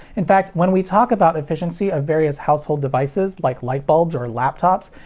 in fact, when we talk about efficiency of various household devices like light bulbs or laptops,